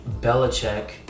Belichick